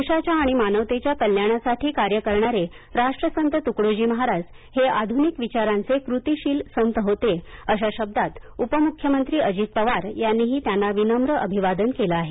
देशाच्या आणि मानवतेच्या कल्याणासाठी कार्य करणारे राष्ट्रसंत तुकडोजी महाराज हे आधुनिक विचारांचे कृतीशील संत होते अशा शब्दात उपमुख्यमंत्री अजित पवार यांनीही त्यांना विनम्र अभिवादन केलं आहे